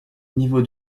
niveau